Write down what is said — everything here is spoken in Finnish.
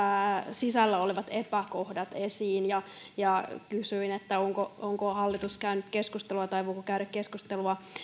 sisällä olevat epäkohdat esiin ja ja kysyin onko hallitus käynyt keskustelua tai aikooko käydä keskustelua